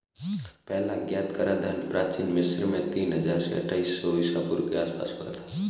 पहला ज्ञात कराधान प्राचीन मिस्र में तीन हजार से अट्ठाईस सौ ईसा पूर्व के आसपास हुआ था